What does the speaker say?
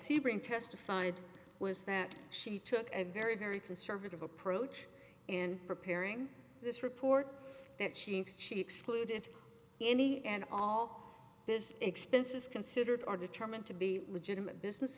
sebring testified was that she took a very very conservative approach in preparing this report that she should exclude it any and all business expenses considered are determined to be legitimate business